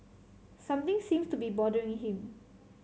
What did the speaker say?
something seems to be bothering him